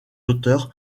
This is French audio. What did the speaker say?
auteurs